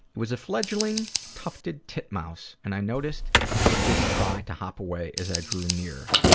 was a fledgling tufted titmouse and i noticed it didn't try to hop away as i drew near.